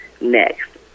next